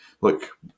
look